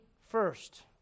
first